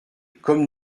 comme